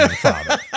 father